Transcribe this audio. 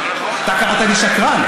אתה קראת לי שקרן,